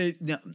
No